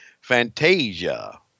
Fantasia